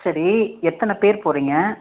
சரி எத்தனை பேர் போகிறிங்க